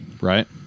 right